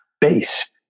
base